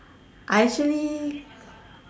actually